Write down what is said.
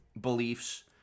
beliefs